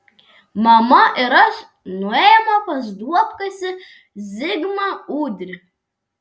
mama ir aš nuėjome pas duobkasį zigmą ūdrį